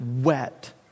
wet